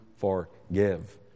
forgive